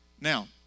Now